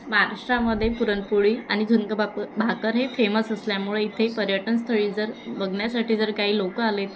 महाराष्ट्रामध्ये पुरणपोळी आणि झुनकाबाकू भाकर हे फेमस असल्यामुळे इथे पर्यटनस्थळी जर बघण्यासाठी जर काही लोकं आले